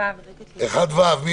רוויזיה על הסתייגות מס' 1(ד).